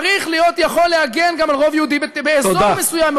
צריך להיות יכול להגן גם על רוב יהודי באזור מסוים,